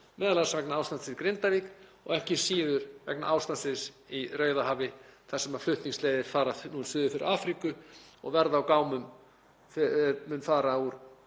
m.a. vegna ástandsins í Grindavík og ekki síður vegna ástandsins á Rauðahafi þar sem flutningsleiðir fara nú suður fyrir Afríku og verð á gámum hefur farið úr